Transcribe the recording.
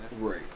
Right